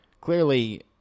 clearly